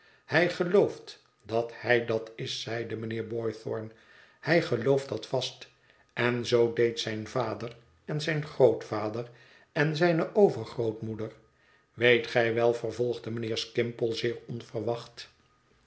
hij gelooft dat hij dat is zeide mijnheer boythorn hij gelooft dat vast en zoo deed zijn vader en zijn grootvader en zijne overgrootmoeder weet gij wel vervolgde mijnheer skimpole zeer onverwacht